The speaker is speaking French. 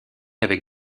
avec